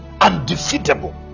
undefeatable